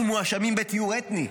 אנחנו מואשמים בטיהור אתני,